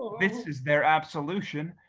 this is their absolution.